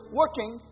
working